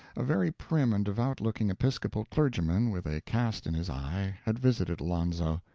a very prim and devout-looking episcopal clergyman, with a cast in his eye, had visited alonzo.